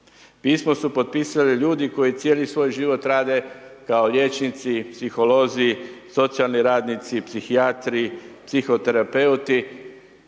Pismo su potpisali ljudi koji cijeli svoj život rade kao liječnici, psiholozi, socijalni radnici, psihijatri, psihoterapeuti,